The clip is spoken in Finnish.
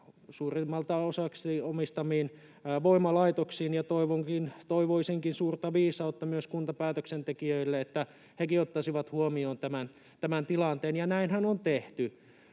suurimmaksi osaksi kuntien omistamiin voimalaitoksiin, ja toivoisinkin suurta viisautta myös kuntapäätöksentekijöille, että hekin ottaisivat huomioon tämän tilanteen. Ja näinhän on tehty.